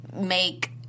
Make